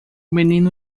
menino